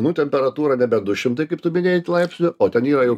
nu temperatūra nebe du šimtai kaip tu minėjai laipsnio o ten yra jau